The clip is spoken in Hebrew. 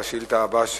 נעבור לשאילתא הבאה,